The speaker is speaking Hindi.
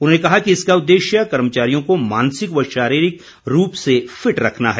उन्होंने कहा कि इसका उद्देश्य कर्मचारियों को मानसिक व शारीरिक रूप से फिट रखना है